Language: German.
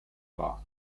wahr